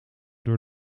door